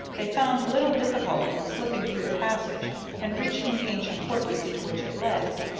they found little difficulty in slipping through the passage and reaching the ancient workings to which it led.